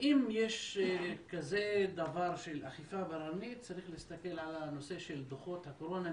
שאם יש כזה דבר של אכיפה בררנית צריך להסתכל על הנושא של דוחות הקורונה.